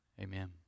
Amen